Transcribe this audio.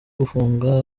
gufunga